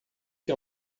que